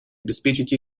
обеспечить